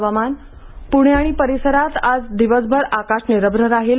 हवामान प्णे आणि परिसरात आज दिवसभर आकाश निरभ्र राहिलं